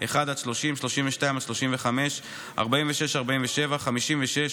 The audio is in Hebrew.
המוצע: 1 30, 32 35, 47-46, 56,